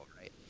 right